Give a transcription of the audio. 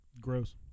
Gross